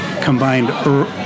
combined